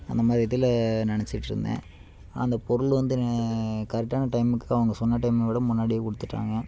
அந்த மாதிரி இதில் நெனைச்சிட்ருந்தேன் ஆனால் அந்த பொருள் வந்து கரெக்டான டைமுக்கு அவங்க சொன்ன டைமை விட முன்னாடியே கொடுத்துட்டாங்க